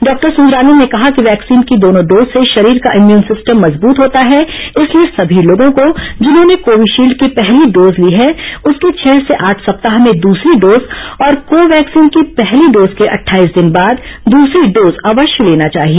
doctor Sundarani ने कहा कि वैक्सीन की दोनों डोज से शरीर का इम्यून सिस्टम मजबूत होता है इसलिए सभी लोगों को जिन्होंने कोविशील्ड की पहली डोज ली है उसके छह से आठ सप्ताह में दूसरी डोज और को वैक्सीन की पहली डोज के अट्ठाईस दिन बाद दूसरी डोज अवश्य लेना चाहिए